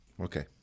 Okay